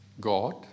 God